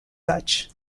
such